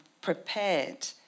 prepared